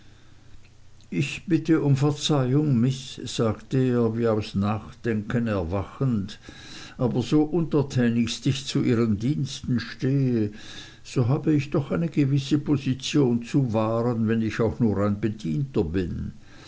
ich bitte um verzeihung miß sagte er wie aus nachdenken erwachend aber so untertänigst ich zu ihren diensten stehe so habe ich doch eine gewisse position zu wahren wenn ich auch nur ein bedienter bin